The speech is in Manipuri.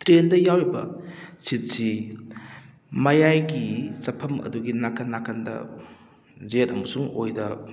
ꯇ꯭ꯔꯦꯟꯗ ꯌꯥꯎꯔꯤꯕ ꯁꯤꯠꯁꯤ ꯃꯌꯥꯏꯒꯤ ꯆꯠꯐꯝ ꯑꯗꯨꯒꯤ ꯅꯥꯀꯟ ꯅꯥꯀꯟꯗ ꯌꯦꯠ ꯑꯃꯁꯨꯡ ꯑꯣꯏꯗ